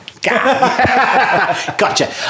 gotcha